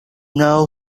now